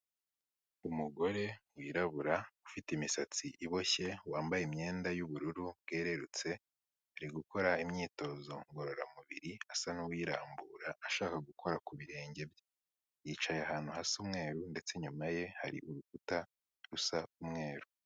Umugore wirabura ufite imisatsi iboshye wambaye imyenda y'ubururu bwerurutse, ari gukora imyitozo ngororamubiri asa n'uwirambura ashaka gukora ku birenge bye, yicaye ahantu hasa umweruru ndetse inyuma ye hari urukuta rusa umweru.